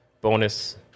bonus